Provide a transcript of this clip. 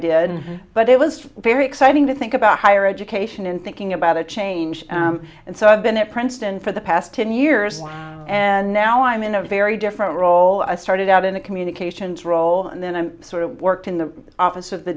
did but it was very exciting to think about higher education and thinking about a change and so i've been at princeton for the past ten years wow and now i'm in a very different role i started out in a communications role and then i'm sort of worked in the office of the